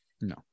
No